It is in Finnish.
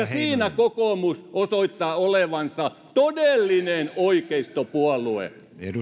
siinä kokoomus osoittaa olevansa todellinen oikeistopuolue